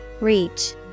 Reach